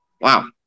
Wow